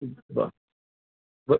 बा ब